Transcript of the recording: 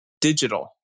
digital